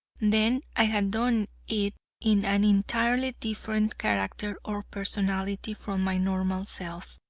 then i had done it in an entirely different character or personality from my normal self.